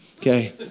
Okay